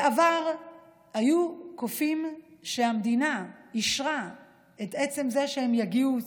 בעבר היו קופים שהמדינה אישרה את עצם זה שהם יגיעו,